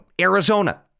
Arizona